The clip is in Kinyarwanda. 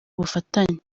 ubufatanye